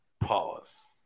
Pause